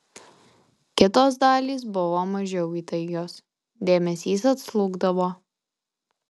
kitos dalys buvo mažiau įtaigios dėmesys atslūgdavo